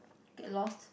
get lost